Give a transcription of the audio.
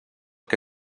que